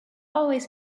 always